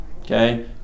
Okay